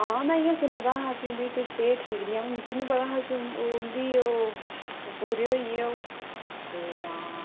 हां में इं'या सुने दा हा की उं'दी किश सेह्त ठीक निं है मिगी नी पता हा की उं'दी ओह् पूरे होई गे ओह् हे राम